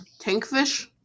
Tankfish